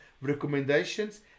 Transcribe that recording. recommendations